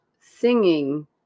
singing